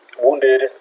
Wounded